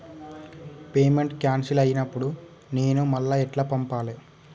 Payment cancel అయినపుడు నేను మళ్ళా ఎట్ల పంపాలే?